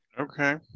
Okay